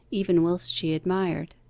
even whilst she admired.